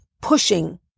pushing